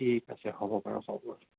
ঠিক আছে হ'ব বাৰু হ'ব দিয়ক